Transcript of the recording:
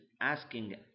asking